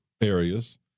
areas